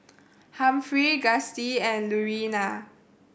Humphrey Gustie and Lurena